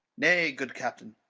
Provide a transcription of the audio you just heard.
nay, good captain.